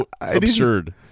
absurd